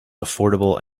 affordable